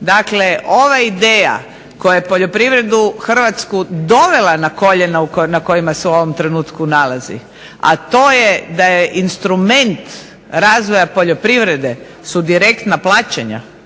Dakle, ova ideja koja poljoprivredu hrvatsku dovela na koljena na kojima se u ovom trenutku nalazi, a to je da je instrument razvoja poljoprivrede su direktna plaćanja.